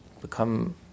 become